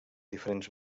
diferents